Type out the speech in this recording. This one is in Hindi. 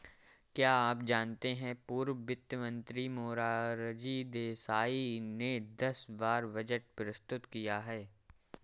क्या आप जानते है पूर्व वित्त मंत्री मोरारजी देसाई ने दस बार बजट प्रस्तुत किया है?